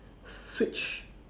switch